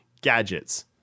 gadgets